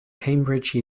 cambridge